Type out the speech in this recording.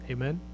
Amen